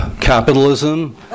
Capitalism